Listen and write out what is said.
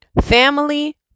family